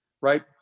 right